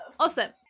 Awesome